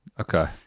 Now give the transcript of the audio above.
Okay